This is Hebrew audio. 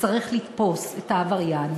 צריך לתפוס את העבריין,